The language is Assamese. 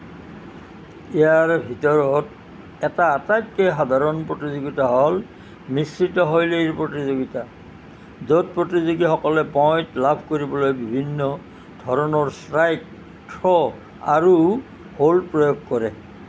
ইয়াৰ ভিতৰত এটা আটাইতকৈ সাধাৰণ প্ৰতিযোগিতা হ'ল মিশ্ৰিত শৈলীৰ প্ৰতিযোগিতা য'ত প্ৰতিযোগীসকলে পইণ্ট লাভ কৰিবলৈ বিভিন্ন ধৰণৰ ষ্ট্ৰাইক থ্ৰ' আৰু হ'ল্ড প্ৰয়োগ কৰে